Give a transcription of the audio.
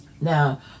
Now